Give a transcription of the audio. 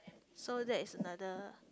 so that's another